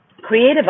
Creative